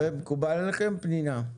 זה מקובל עליכם פנינה?